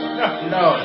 no